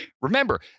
Remember